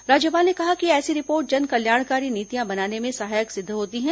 राज्यपाल ने कहा कि ऐसी रिपोर्ट जनकल्याणकारी नीतियां बनाने में सहायक सिद्द होती है